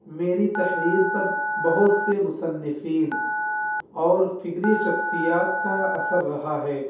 میری تحریر پر بہت سے مصنفین اور فکری شخصیات کا اثر رہا ہے